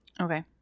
okay